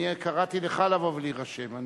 אני קראתי לך לבוא ולהירשם.